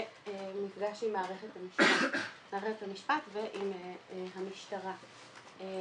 במפגש עם מערכת המשפט ועם המשטרה.